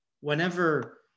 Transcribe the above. Whenever